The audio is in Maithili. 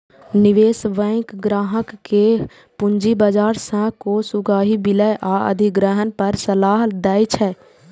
निवेश बैंक ग्राहक कें पूंजी बाजार सं कोष उगाही, विलय आ अधिग्रहण पर सलाह दै छै